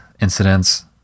incidents